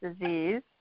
disease